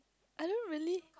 I don't really